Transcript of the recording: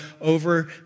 over